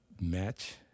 match